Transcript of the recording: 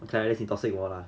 terrorists 你 toxic 我 lah